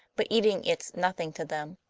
but eating it's nothing to them.